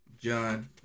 John